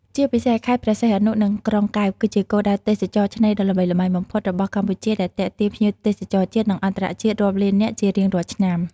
ជាពិសេសខេត្តព្រះសីហនុ និងក្រុងកែប គឺជាគោលដៅទេសចរណ៍ឆ្នេរដ៏ល្បីល្បាញបំផុតរបស់កម្ពុជា ដែលទាក់ទាញភ្ញៀវទេសចរជាតិ និងអន្តរជាតិរាប់លាននាក់ ជារៀងរាល់ឆ្នាំ។